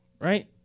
right